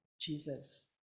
Jesus